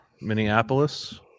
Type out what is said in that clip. Minneapolis